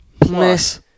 Plus